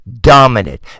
Dominant